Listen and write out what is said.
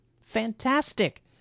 Fantastic